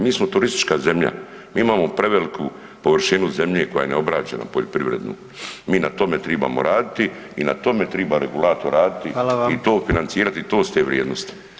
Mi smo turistička zemlja, mi imamo preveliku površinu zemlju koja je neobrađena poljoprivrednu, mi na tome tribamo raditi i na tome triba regulator raditi [[Upadica: Hvala vam]] i to financirati i to su te vrijednosti.